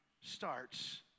starts